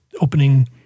opening